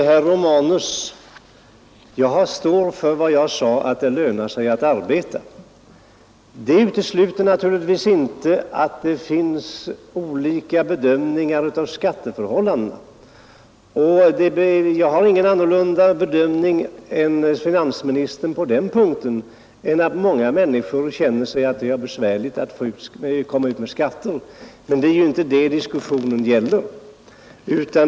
Herr talman! Jag står för vad jag sade, nämligen att det lönar sig att arbeta. Det utesluter naturligtvis inte att det finns olika bedömningar av skatteförhållandena. Jag har ingen annan bedömning än finansministern att många människor finner det besvärligt att komma ut med skatterna, men det är ju inte det diskussionen gäller.